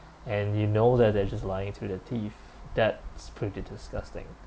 and you know that they're just lying through their teeth that's pretty disgusting